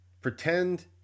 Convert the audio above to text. pretend